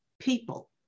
people